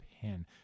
pen